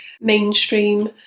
mainstream